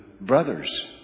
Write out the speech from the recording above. brothers